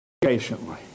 patiently